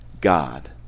God